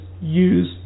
use